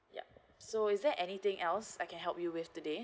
yup so is there anything else I can help you with today